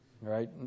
right